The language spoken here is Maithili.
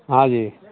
हाँ जी